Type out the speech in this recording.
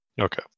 Okay